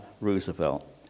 Roosevelt